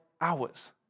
hours